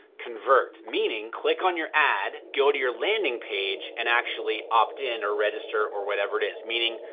convert. meaning, click on your ad, go to your landing page, and actually opt-in or register or whatever it is. meaning,